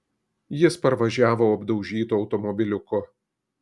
jis parvažiavo apdaužytu automobiliuku